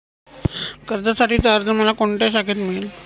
कर्जासाठीचा अर्ज मला कोणत्या शाखेत मिळेल?